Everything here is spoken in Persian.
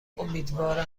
امیدوارم